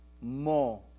more